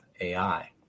AI